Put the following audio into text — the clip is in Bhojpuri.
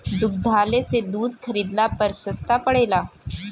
दुग्धालय से दूध खरीदला पर सस्ता पड़ेला?